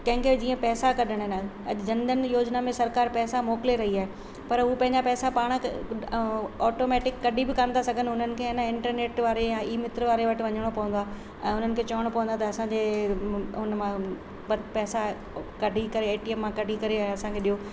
कंहिंखे जीअं पैसा कढणा आहिनि अॼु जनधन योजना में सरकार पैसा मोकिले रही आहे पर हू पंहिंजा पैसा पाण त ऐं ऑटोमैटिक कॾहिं बि कोन था सघनि उन्हनि खे न इंटरनेट वारे या ई मित्र वारे वटि वञणो पवंदो आहे ऐं उन्हनि खे चवणो पवंदो आहे त असांखे उन मां ॿ पैसा कढी करे ए टी एम मां कढी करे असांखे ॾियो